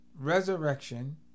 resurrection